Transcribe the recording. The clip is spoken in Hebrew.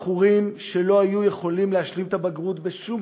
בחורים שלא היו יכולים להשלים את הבגרות בשום